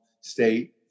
state